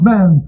Man